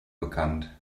bekannt